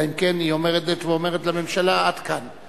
אלא אם כן היא אומרת לממשלה, עד כאן.